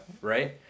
right